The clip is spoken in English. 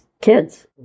kids